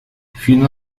fino